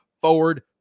forward